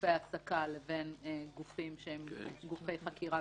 גופי העסקה לבין גופים שהם גופי חקירה,